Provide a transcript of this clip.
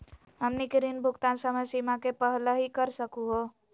हमनी के ऋण भुगतान समय सीमा के पहलही कर सकू हो?